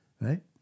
right